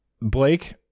Blake